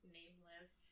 nameless